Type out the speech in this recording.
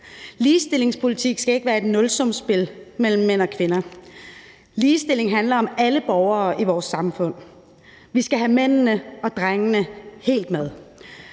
Ligestillingspolitik skal ikke være et nulsumsspil mellem mænd og kvinder. Ligestilling handler om alle borgere i vores samfund. Vi skal have mændene og drengene helt med.